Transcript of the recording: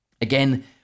Again